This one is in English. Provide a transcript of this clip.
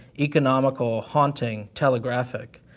economical, haunting, telegraphic.